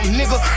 nigga